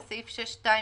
בסעיף 6(2),